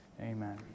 Amen